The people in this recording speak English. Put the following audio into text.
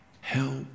help